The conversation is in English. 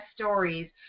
stories